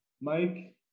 Mike